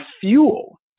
fuel